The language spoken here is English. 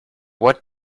what